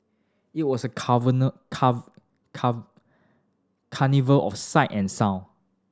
it was a car vernal carnival of sight and sound